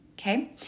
okay